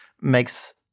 makes